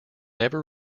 never